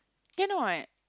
cannot